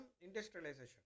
industrialization